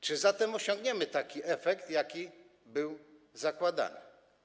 Czy zatem osiągniemy taki efekt, jaki był zakładany?